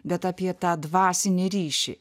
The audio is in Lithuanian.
bet apie tą dvasinį ryšį